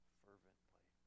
fervently